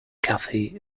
kathy